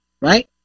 right